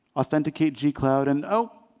authenticate g cloud. and oh,